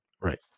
Right